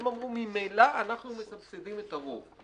הם אמרו, ממילא אנחנו מסבסדים את הרוב.